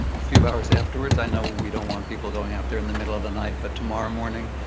a few hours afterwards, i know we don't want people going out there in the middle of the night, but tomorrow morning,